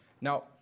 Now